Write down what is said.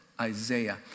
Isaiah